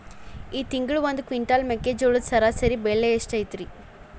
ಈ ತಿಂಗಳ ಒಂದು ಕ್ವಿಂಟಾಲ್ ಮೆಕ್ಕೆಜೋಳದ ಸರಾಸರಿ ಬೆಲೆ ಎಷ್ಟು ಐತರೇ?